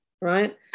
right